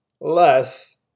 less